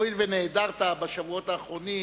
הואיל ונעדרת בשבועות האחרונים,